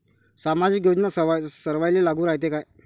सामाजिक योजना सर्वाईले लागू रायते काय?